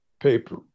paper